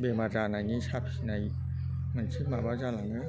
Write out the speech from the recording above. बेमार जानायनि साफिनाय मोनसे माबा जालाङो